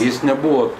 jis nebuvo